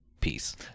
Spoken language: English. peace